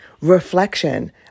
reflection